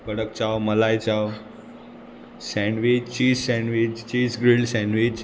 कडक चाव मलाय चाव sandwich cheese sandwich cheese grilled sandwich